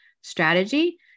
strategy